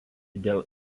dėl